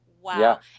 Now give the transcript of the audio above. wow